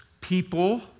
people